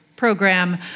Program